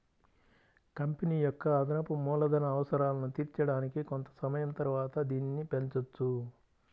company యొక్క అదనపు మూలధన అవసరాలను తీర్చడానికి కొంత సమయం తరువాత దీనిని పెంచొచ్చు